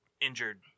injured